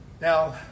Now